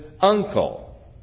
uncle